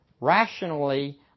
rationally